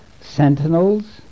sentinels